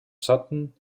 sutton